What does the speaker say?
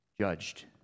judged